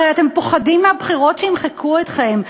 הרי אתם פוחדים מהבחירות שימחקו אתכם.